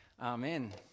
Amen